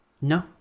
no